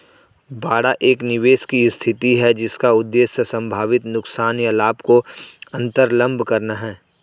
बाड़ा एक निवेश की स्थिति है जिसका उद्देश्य संभावित नुकसान या लाभ को अन्तर्लम्ब करना है